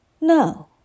No